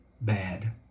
bad